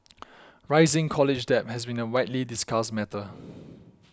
rising college debt has been a widely discussed matter